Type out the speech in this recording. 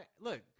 look